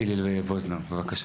הלל וואזנר, בבקשה.